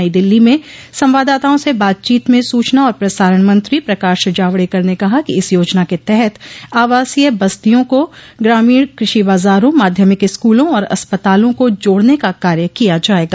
नई दिल्ली में संवाददाताओं से बातचीत में सूचना और प्रसारण मंत्री प्रकाश जावड़ेकर ने कहा कि इस योजना के तहत आवासीय बस्तियों को ग्रामीण कृषि बाजारों माध्यमिक स्कूलों और अस्पतालों को जोड़ने का कार्य किया जाएगा